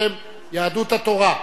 בשם יהדות התורה.